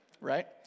right